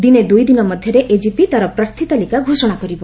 ଦିନେ ଦୁଇ ଦିନ ମଧ୍ୟରେ ଏଜିପି ତା'ର ପ୍ରାର୍ଥୀ ତାଲିକା ଘୋଷଣା କରିବ